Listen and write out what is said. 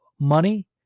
money